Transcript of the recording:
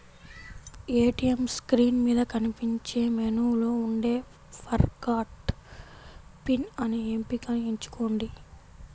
ATM screen మీద కనిపించే మెనూలో ఉండే ఫర్గాట్ పిన్ అనే ఎంపికను ఎంచుకోండి